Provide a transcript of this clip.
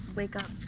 wake up.